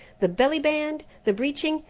the belly-band, the breeching,